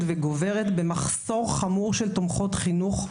וגוברת במחסור חמור של תומכות חינוך,